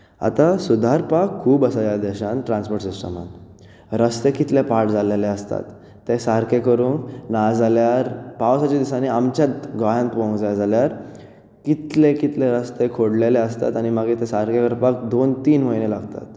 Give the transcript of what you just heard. आतां सुदारपाक खूब आसा ह्या देशांत ट्रांसपोर्ट सिस्टमांत रस्ते कितले पाड जाल्ले आसतात ते सारके करूंक नाजाल्यार पावसाच्या दिसांनी आमच्या गोंयांत पळोवंक जाय जाल्यार कितले कितले रस्ते खोडलेले आसतात मागीर ते सारके करपाक दोन तीन म्हयने लागतात